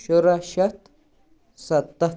شُراہ شیٚتھ سَتَتھ